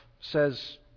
says